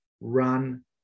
run